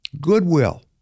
goodwill